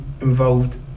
involved